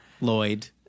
Lloyd